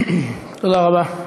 תודה רבה.